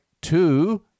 two